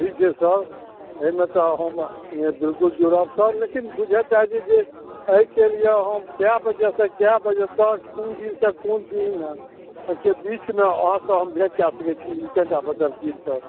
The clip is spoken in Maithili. ठीक छै सर एहिमे तऽ हम बिल्कुल जुङब सर लेकिन बुझऽ चाहै छी जे एहिके लिए हम कए बजेसँ कए बजे तक कोन दिनसँ कोन दिनके बीचमे हम अहाँसँ भेट कए सकै छी ई कनिटा बताबितियै सर